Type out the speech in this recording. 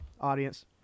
audience